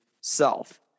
self